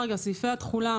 סעיפי התחולה,